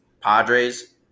Padres